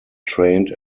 trained